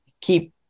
keep